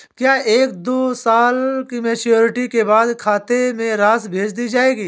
क्या एक या दो साल की मैच्योरिटी के बाद मेरे खाते में राशि भेज दी जाएगी?